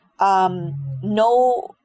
No